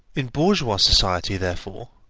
in bourgeois society, therefore,